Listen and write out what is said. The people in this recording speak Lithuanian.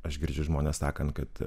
aš girdžiu žmones sakant kad